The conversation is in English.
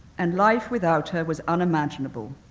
and life without her was unimaginable.